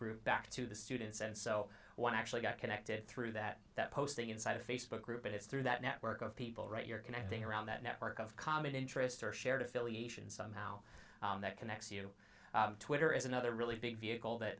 group back to the students and so one actually got connected through that that posting inside a facebook group and it's through that network of people right you're connecting around that network of common interest or shared affiliation somehow that connects you twitter is another really big vehicle that